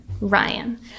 Ryan